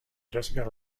jessica